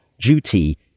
duty